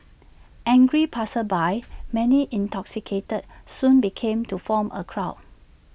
angry passersby many intoxicated soon began to form A crowd